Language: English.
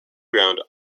ground